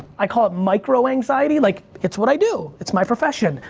i call it micro anxiety, like it's what i do, it's my profession,